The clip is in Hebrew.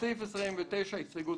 הסתייגות 28: